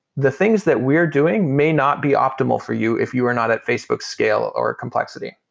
the things that we're doing may not be optimal for you if you are not at facebook scale or complexity.